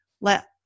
let